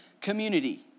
community